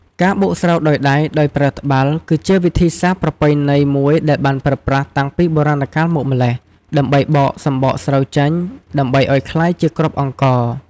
ការបុកស្រូវដោយដៃដោយប្រើត្បាល់ គឺជាវិធីសាស្ត្រប្រពៃណីមួយដែលបានប្រើប្រាស់តាំងពីបុរាណកាលមកម្ល៉េះ ដើម្បីបកសម្បកស្រូវចេញ ដើម្បីឲ្យក្លាយជាគ្រាប់អង្ករ។